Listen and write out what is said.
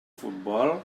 futbol